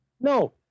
No